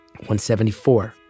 174